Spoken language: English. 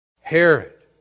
Herod